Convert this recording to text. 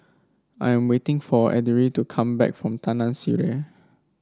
I'm waiting for Edrie to come back from Taman Sireh